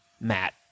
Matt